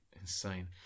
Insane